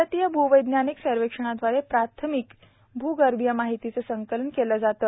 भारतीय भूवैज्ञानिक सर्वेक्षण द्वारे प्रार्थमिक भूगर्भीय माहितीचे संकलन केले जाते